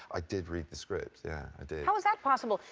i did read the script, yeah. i did. how is that possible?